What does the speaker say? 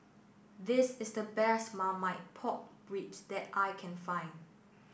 this is the best Marmite Pork Ribs that I can find